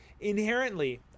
inherently